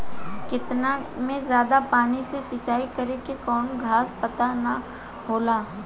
खेतन मे जादा पानी से सिंचाई करे से कवनो घास पात ना होला